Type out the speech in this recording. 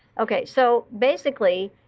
ok, so basically,